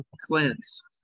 cleanse